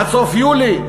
עד סוף יולי.